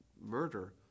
murder